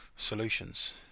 solutions